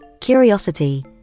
curiosity